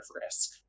risk